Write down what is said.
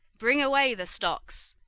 bring away the stocks!